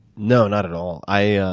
no, not at all. i ah